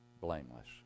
blameless